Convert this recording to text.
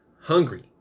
hungry